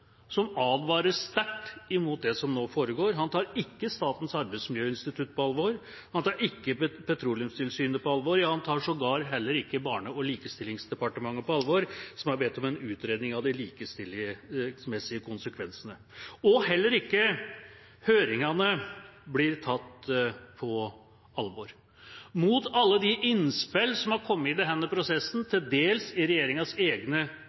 som advarer sterkt mot det som nå foregår, han tar ikke Statens arbeidsmiljøinstitutt på alvor, han tar ikke Petroleumstilsynet på alvor – han tar sågar heller ikke Barne- og likestillingsdepartementet på alvor, som har bedt om en utredning av de likestillingsmessige konsekvensene. Heller ikke høringene blir tatt på alvor. Mot alle de innspill som har kommet i denne prosessen, til dels i regjeringas egne